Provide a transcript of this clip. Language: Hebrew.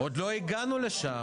עוד לא הגענו לשם.